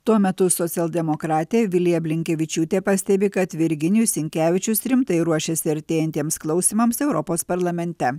tuo metu socialdemokratė vilija blinkevičiūtė pastebi kad virginijus sinkevičius rimtai ruošiasi artėjantiems klausymams europos parlamente